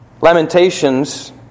Lamentations